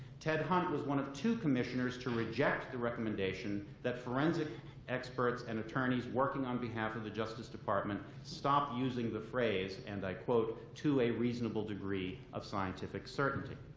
ted hunt was one of the two commissioners to reject the recommendation that forensic experts and attorneys working on behalf of the justice department stop using the phrase and i quote, to a reasonable degree of scientific certainty.